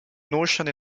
notion